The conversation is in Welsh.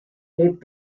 heb